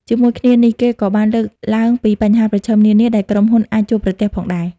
ជាមួយគ្នានេះ គេក៏បានលើកឡើងពីបញ្ហាប្រឈមនានាដែលក្រុមហ៊ុនអាចជួបប្រទះផងដែរ។